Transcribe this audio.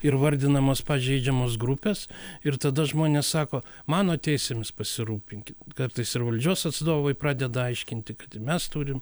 ir vardinamos pažeidžiamos grupės ir tada žmonės sako mano teisėmis pasirūpinki kartais ir valdžios atstovai pradeda aiškinti kad ir mes turim